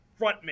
frontman